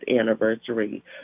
anniversary